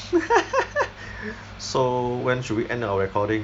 so when should we end our recording